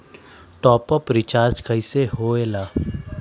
Top up recharge कइसे होएला?